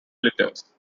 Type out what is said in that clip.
litters